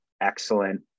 excellent